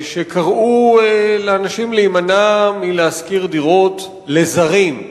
שקראו לאנשים להימנע מלהשכיר דירות לזרים.